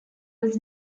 was